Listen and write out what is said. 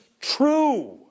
true